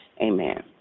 Amen